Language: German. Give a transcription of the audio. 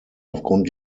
aufgrund